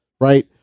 right